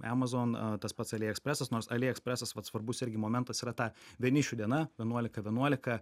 emazon tas pats ali ekspresas nors ali ekspresas vat svarbus irgi momentas yra ta vienišių diena vienuolika vienuolika